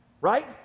right